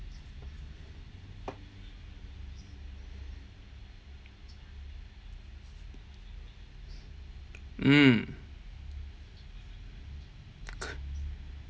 mm